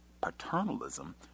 paternalism